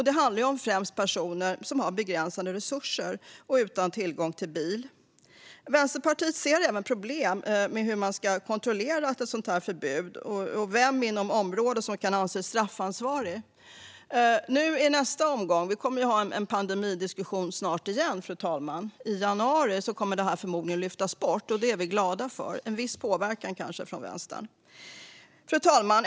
Det handlar främst om personer som har begränsade resurser och som är utan tillgång till bil. Vänsterpartiet ser även problem med hur man ska kontrollera ett sådant förbud och vem inom området som kan anses straffansvarig. Vi kommer snart att ha en pandemidiskussion igen, fru talman, i januari. Då kommer detta förmodligen att lyftas bort, och det är vi glada för. Det är kanske en viss påverkan från Vänstern. Fru talman!